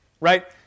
right